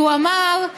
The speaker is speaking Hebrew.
הוא אמר: